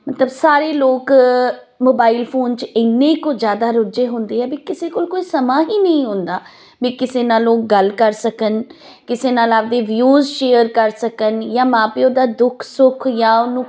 ਮਤਲਬ ਸਾਰੇ ਲੋਕ ਮੋਬਾਈਲ ਫੋਨ 'ਚ ਇੰਨੇ ਕੁ ਜ਼ਿਆਦਾ ਰੁੱਝੇ ਹੁੰਦੇ ਆ ਵੀ ਕਿਸੇ ਕੋਲ ਕੋਈ ਸਮਾਂ ਹੀ ਨਹੀਂ ਹੁੰਦਾ ਵੀ ਕਿਸੇ ਨਾਲ ਉਹ ਗੱਲ ਕਰ ਸਕਣ ਕਿਸੇ ਨਾਲ ਆਪਦੇ ਵਿਊਜ਼ ਸ਼ੇਅਰ ਕਰ ਸਕਣ ਜਾਂ ਮਾਂ ਪਿਓ ਦਾ ਦੁੱਖ ਸੁੱਖ ਜਾਂ ਉਹਨੂੰ